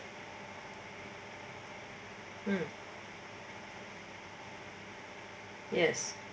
mm yes